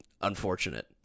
unfortunate